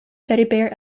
teddy